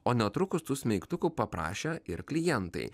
o netrukus tų smeigtukų paprašė ir klientai